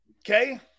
Okay